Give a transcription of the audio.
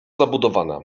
zabudowane